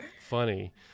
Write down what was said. funny